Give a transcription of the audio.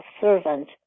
servant